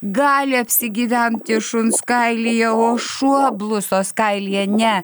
gali apsigyventi šuns kailyje o šuo blusos kailyje ne